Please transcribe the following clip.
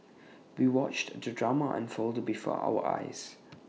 we watched the drama unfold before our eyes